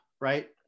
right